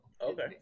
okay